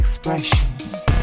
Expressions